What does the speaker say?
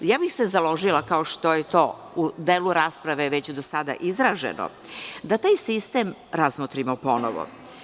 Založila bih se, kao što je to u delu rasprave već do sada izraženo, da taj sistem razmotrimo ponovo.